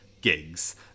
gigs